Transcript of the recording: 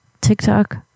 TikTok